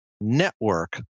network